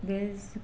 धेरै जस्तो